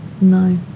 No